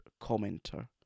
commenter